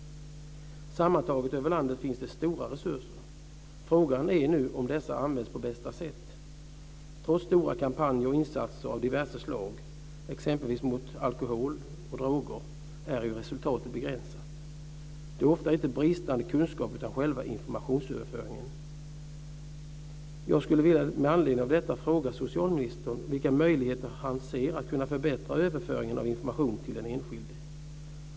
Sammantaget finns det i landet stora resurser. Frågan är om dessa används på bästa sätt. Trots stora kampanjer och insatser av diverse slag, exempelvis mot alkohol och droger, är resultatet begränsat. Detta beror ofta inte på bristande kunskap utan på svagheter i själva informationsöverföringen. Jag vill med anledning av detta fråga socialministern vilka möjligheter han ser att förbättra överföringen av information till den enskilde.